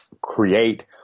create